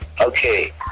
Okay